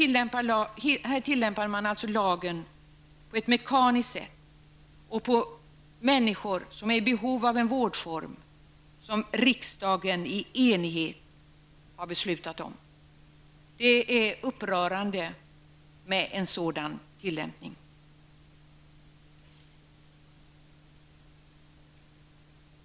Lagen tillämpas alltså på ett mekaniskt sätt och på människor som är i behov av en vårdform som riksdagen i enighet har beslutat om. Det är upprörande med en sådan tillämpning.